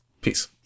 Peace